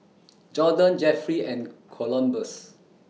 Jorden Jefferey and Columbus